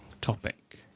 topic